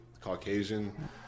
Caucasian